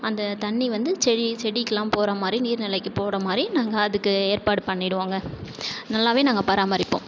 அந்த தண்ணீர் வந்து செடி செடிக்கெல்லாம் போகிற மாதிரி நீர் நிலைக்கு போகிற மாதிரி நாங்கள் அதுக்கு ஏற்பாடு பண்ணிடுவோங்க நல்லாவே நாங்கள் பராமரிப்போம்